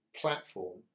platform